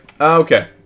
okay